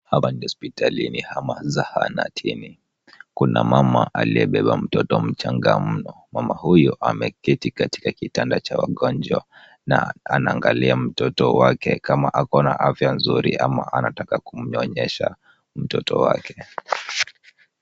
Hapa ni hospitalini ama zahanatini ,kuna mama aliyebeba mtoto mchanga mno, mama huyo ameketi katika kitanda cha wagonjwa na anaangalia mtoto wake kama ako na afya nzuri ama anataka kumnyonyesha mtoto wake.